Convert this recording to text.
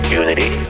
unity